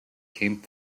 came